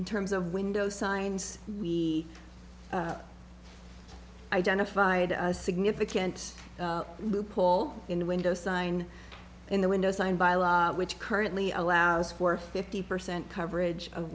in terms of window signs we identified a significant loophole in the window sign in the window signed by a law which currently allows for fifty percent coverage of